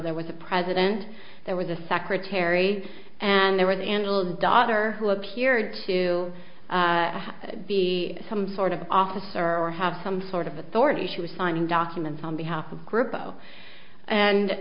there was a president there was a secretary and there was an a little daughter who appeared to be some sort of officer or have some sort of authority she was signing documents on behalf of grupo and